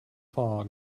fog